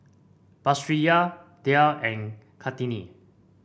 Batrisya Dhia and Kartini